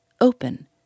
open